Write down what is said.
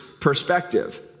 perspective